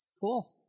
Cool